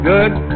good